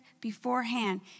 beforehand